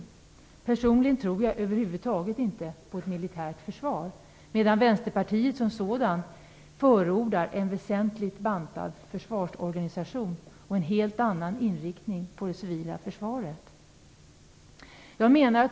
Personligen tror jag över huvud taget inte på ett militärt försvar medan Vänsterpartiet i övrigt förordar en väsentligt bantad försvarsorganisation och en helt annan inriktning på det civila försvaret.